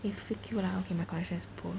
eh freak you lah okay my connection is poor